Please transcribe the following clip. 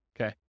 Okay